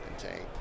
contained